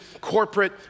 corporate